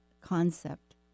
concept